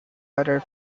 other